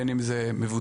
בין אם זה מבוטחים,